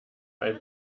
ein